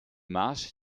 marches